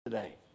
today